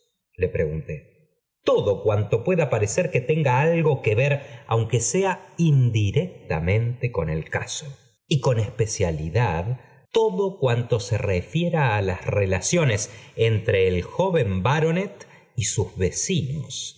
hechos preguntó todo cuanto pueda parecer que tenga algo que ver aunque sea indirectamente con el caso el sabueso y con especialidad todo cuanto se refiera a i amones entre el joven baronet y sus